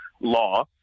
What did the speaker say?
law